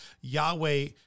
Yahweh